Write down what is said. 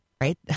right